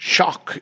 Shock